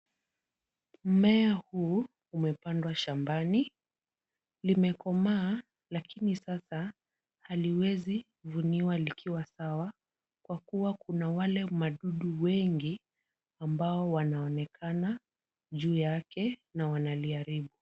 Mmea huu umepandwa shambani. Limekomaa lakini sasa haliwezi vuniwa likiwa sawa, kwa kuwa kuna wale madudu wengi ambao wanaonekana juu yake na wanaliharibu.